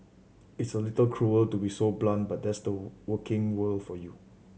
it's a little cruel to be so blunt but that's the working world for you